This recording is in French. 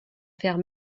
faire